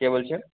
কে বলছেন